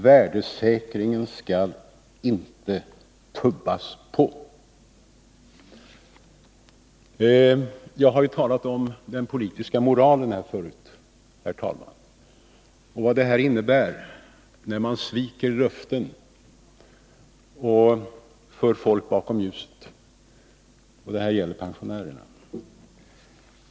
Värdesäkringen skall inte tubbas på.” Jag har, herr talman, förut talat om den politiska moralen och vad det innebär när man sviker löften och för folk bakom ljuset. Det gäller här pensionärerna.